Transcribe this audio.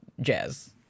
jazz